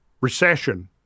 recession